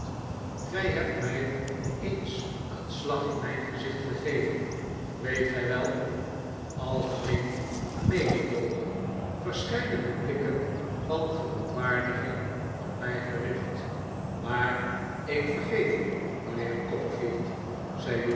gij hebt mij eens een slag in mijn gezicht gegeven weet gij wel algemeen mededoogen verscheidene blikken van verontwaardiging op mij gericht maar ik vergeef u mijnheer